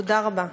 תודה רבה.